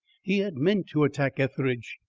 he had meant to attack etheridge.